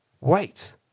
wait